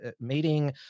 meeting